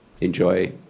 enjoy